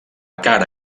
cara